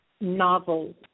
novels